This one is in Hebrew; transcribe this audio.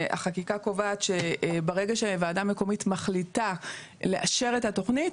החקיקה קובעת שברגע שוועדה מקומית מחליטה לאשר את התכנית,